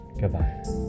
goodbye